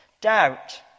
doubt